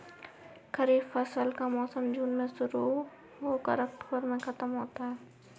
खरीफ फसल का मौसम जून में शुरू हो कर अक्टूबर में ख़त्म होता है